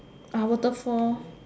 ah waterfall